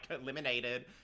eliminated